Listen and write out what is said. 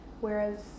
whereas